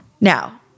Now